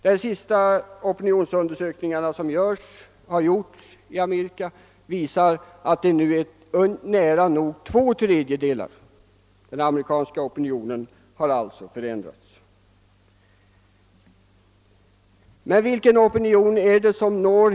De senaste opinionsundersökningarna som har gjorts i Amerika visar att de som är emot kriget i Vietnam nu utgör nära två tredjedelar. Vilken amerikansk opinion är det då som leder den svenska oppositionens handlande?